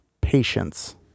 Patience